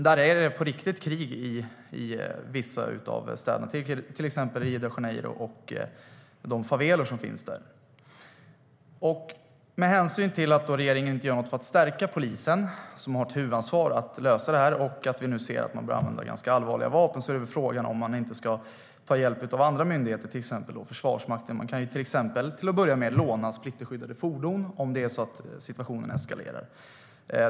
Där är det på riktigt krig i vissa av städerna, till exempel i Rio de Janeiro och de favelor som finns där. Med hänsyn till att regeringen inte gör något för att stärka polisen som har till huvudansvar att lösa det här och att vi nu ser att man börjar använda ganska allvarliga vapen är frågan om vi inte ska ta hjälp av andra myndigheter, till exempel Försvarsmakten. Man kan exempelvis till att börja med låna splitterskyddade fordon om situationen eskalerar.